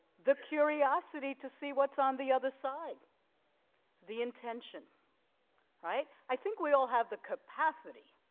the curiosity to see what's on the other side the intention right i think we all have the capacity.